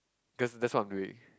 cause that's what I'm do it